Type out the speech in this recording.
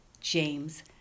James